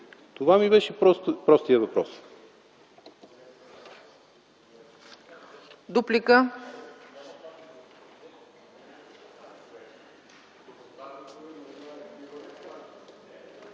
Това ми беше простият въпрос.